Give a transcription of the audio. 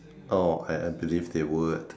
oh I I believe they would